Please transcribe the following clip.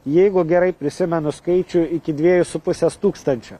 jeigu gerai prisimenu skaičių iki dviejų su pusės tūkstančio